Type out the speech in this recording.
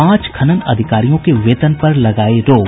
पांच खनन अधिकारियों के वेतन पर लगायी रोक